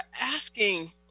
asking